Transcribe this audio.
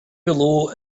below